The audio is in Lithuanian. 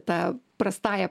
ta prastąja